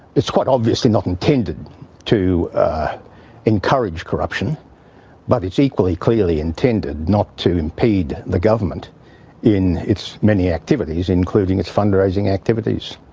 it's quite obviously not intended to encourage corruption but it's equally clearly intended not to impede the government in its many activities, including its fund raising activities.